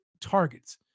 Targets